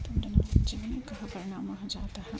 तोण्ड निमज्जने कः परिणामः जातः